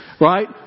Right